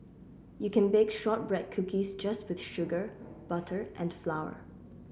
you can bake shortbread cookies just with sugar butter and flour